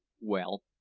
well,